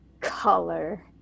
color